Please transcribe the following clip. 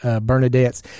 Bernadette's